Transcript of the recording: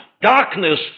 darkness